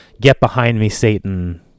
get-behind-me-Satan